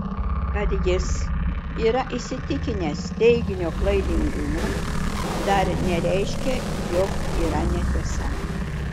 kad jis yra įsitikinęs teiginio klaidingumu dar nereiškia jog yra netiesa